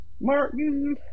Martin